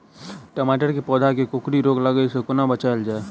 टमाटर केँ पौधा केँ कोकरी रोग लागै सऽ कोना बचाएल जाएँ?